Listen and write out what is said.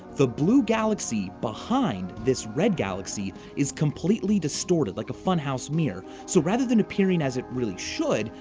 the blue galaxy behind this red galaxy is completely distorted, like a fun house mirror. so, rather than appearing as it really should,